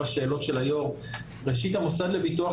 אבל הביטוח